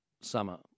summer